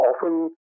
often